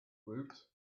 woot